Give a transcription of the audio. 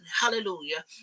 hallelujah